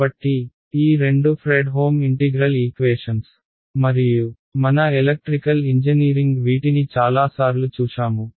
కాబట్టి ఈ రెండు ఫ్రెడ్హోమ్ ఇంటిగ్రల్ ఈక్వేషన్స్ మరియు మన ఎలక్ట్రికల్ ఇంజనీరింగ్ వీటిని చాలాసార్లు చూశాము